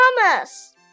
promise